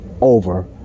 over